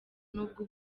n’ubwo